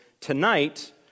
tonight